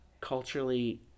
culturally